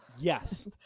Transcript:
Yes